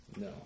No